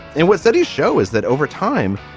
and what studies show is that over time,